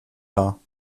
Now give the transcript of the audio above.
dar